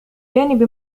بجانب